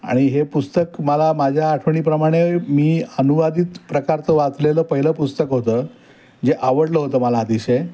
आणि हे पुस्तक मला माझ्या आठवणीप्रमाणे मी अनुवादित प्रकारचं वाचलेलं पहिलं पुस्तक होतं जे आवडलं होतं मला अतिशय